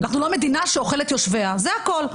אנחנו לא מדינה שאוכלת יושביה, זה הכול.